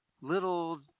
little